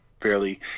fairly